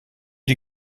die